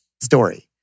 story